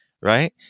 right